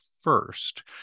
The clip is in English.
first